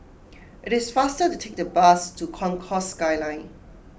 it is faster to take the bus to Concourse Skyline